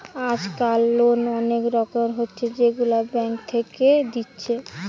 আজকাল লোন অনেক রকমের হচ্ছে যেগুলা ব্যাঙ্ক থেকে দিচ্ছে